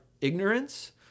ignorance